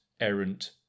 errant